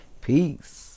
Peace